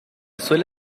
suele